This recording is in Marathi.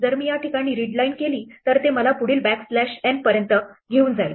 जर मी या ठिकाणी रीडलाईन केली तर ते मला पुढील बॅकस्लॅश n पर्यंत घेऊन जाईल